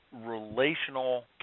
relational